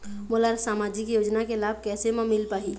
मोला सामाजिक योजना के लाभ कैसे म मिल पाही?